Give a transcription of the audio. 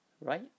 right